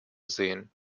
sehen